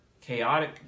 chaotic